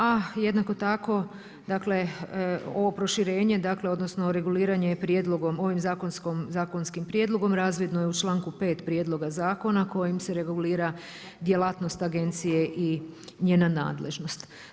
A jednako tako dakle ovo proširenje dakle odnosno reguliranje prijedlogom ovim zakonskim prijedlogom razvidno je u članku 5. prijedloga zakona kojim se regulira djelatnost agencije i njena nadležnost.